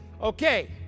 Okay